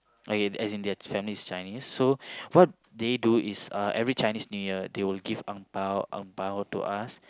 okay as in their family is Chinese so what they do is uh every Chinese-New-Year they will give ang-bao ang-bao to us